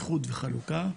איחוד וחלוקה,